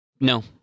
No